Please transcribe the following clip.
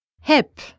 hip